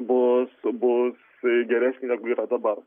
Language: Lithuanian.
bus bus geresnė negu yra dabar